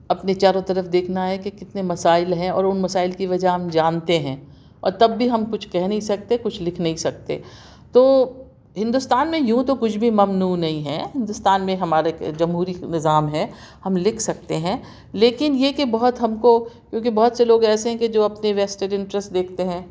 اپنے چاروں طرف دیکھنا ہے کہ کتنے مسائل ہیں اور ان مسائل کی وجہ ہم جانتے ہیں اور تب بھی ہم کچھ کہہ نہیں سکتے کچھ لکھ نہیں سکتے تو ہندوستان میں یوں تو کچھ بھی ممنوع نہیں ہے ہندوستان میں ہمارا کہ جمہوری نظام ہے ہم لکھ سکتے ہیں لیکن یہ کہ بہت ہم کو کیوں کہ بہت سے لوگ ایسے ہیں کہ جو اپنے انٹرسٹ دیکھتے ہیں